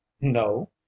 No